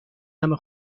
همه